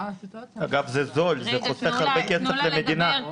בכלל --- אגב, זה זול, זה חוסך הרבה כסף למדינה.